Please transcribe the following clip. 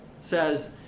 says